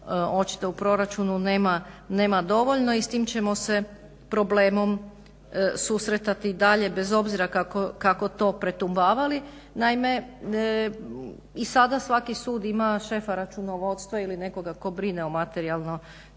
očito u proračunu nema dovoljno i s tim ćemo se problemom susretati i dalje bez obzira kako to pretumbavali. Naime, i sada svaki sud ima šefa računovodstva ili nekoga tko brine o materijalnim